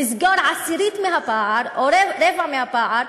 לסגור עשירית מהפער או רבע מהפער,